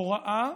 הוראה